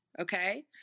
okay